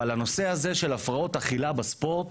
הנושא הזה של הפרעות אכילה בספורט